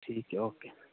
ਠੀਕ ਐ ਓਕੇ